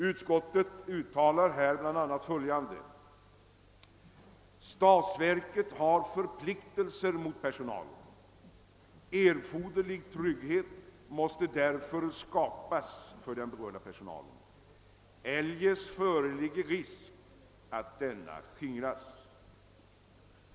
Utskottet uttalar bl.a. följande: »Statsverket har förpliktelser mot personalen. Erforderlig trygghet måste därför skapas för den berörda personalen. Eljest föreligger risk för att denna skingras.